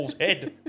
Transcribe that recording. head